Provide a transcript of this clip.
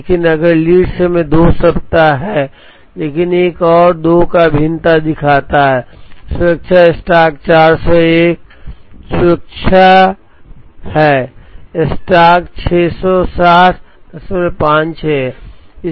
लेकिन अगर लीड समय 2 सप्ताह है संदर्भ समय देखें 3755 लेकिन एक और 2 का भिन्नता दिखाता है सुरक्षा स्टॉक 401 सुरक्षा है स्टॉक 66056 है